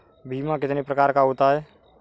बीमा कितने प्रकार का होता है?